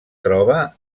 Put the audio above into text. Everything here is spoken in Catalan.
troba